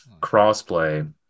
crossplay